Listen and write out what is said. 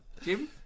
Jim